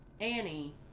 annie